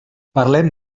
parlem